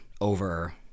over